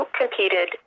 competed